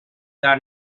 the